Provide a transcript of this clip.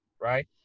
right